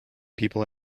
people